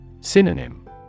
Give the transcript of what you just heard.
Synonym